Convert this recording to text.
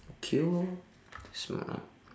okay orh smart ah